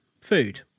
food